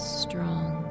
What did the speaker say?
strong